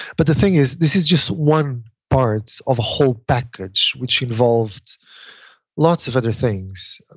but the thing is this is just one part of a whole package which involved lots of other things.